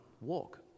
walk